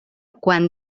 quan